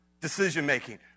decision-making